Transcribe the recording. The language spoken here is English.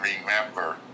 remember